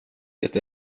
det